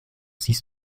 siehst